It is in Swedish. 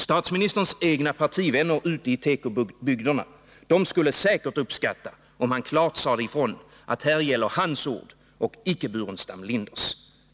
Statsministerns egna partivänner ute i tekobygderna skulle säkert uppskatta om han klart sade ifrån att här gäller hans ord och icke Staffan Burenstam Linders.